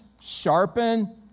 sharpen